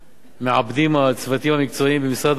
מעבדים הצוותים המקצועיים במשרד האוצר